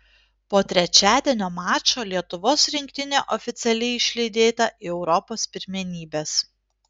po trečiadienio mačo lietuvos rinktinė oficialiai išlydėta į europos pirmenybes